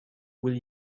will